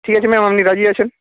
ঠিক আছে ম্যাম আপনি রাজি আছেন